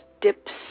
dips